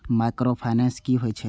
Micro finance कि होई छै?